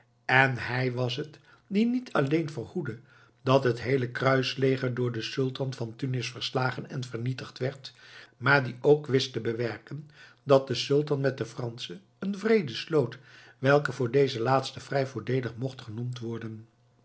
en hij was het die niet alleen verhoedde dat het heele kruisleger door den sultan van tunis verslagen en vernietigd werd maar die ook wist te bewerken dat de sultan met de franschen een vrede sloot welke voor deze laatsten vrij voordeelig mocht genoemd worden